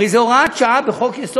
הרי זו הוראת שעה בחוק-יסוד,